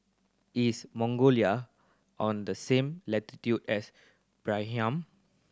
is Mongolia on the same latitude as Bahrain